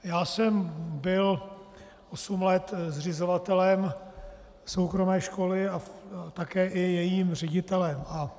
Já jsem byl osm let zřizovatelem soukromé školy a také i jejím ředitelem.